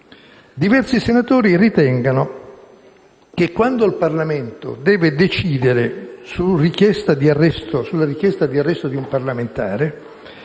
diversi senatori ritengano che quando il Parlamento deve decidere su una richiesta di arresto di un parlamentare